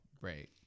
Right